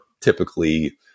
typically